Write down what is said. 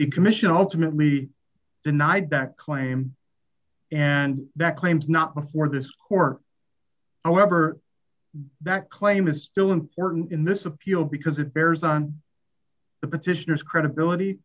commission ultimately denied that claim and that claims not before this court however that claim is still important in this appeal because it bears on the petitioners credibility